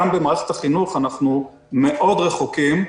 גם במערכת החינוך אנחנו רחוקים מאוד,